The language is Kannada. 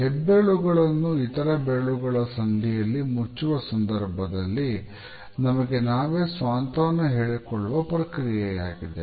ಹೆಬ್ಬೆರಳುಗಳನ್ನು ಇತರ ಬೆರಳುಗಳ ಸಂಧಿಯಲ್ಲಿ ಮುಚ್ಚುವ ಸಂದರ್ಭದಲ್ಲಿ ನಮಗೆ ನಾವೇ ಸಾಂತ್ವಾನ ಹೇಳಿಕೊಳ್ಳುವ ಪ್ರಕ್ರಿಯೆಯಾಗಿದೆ